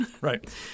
Right